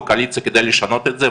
בקואליציה כדי לשנות את זה,